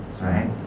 right